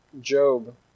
Job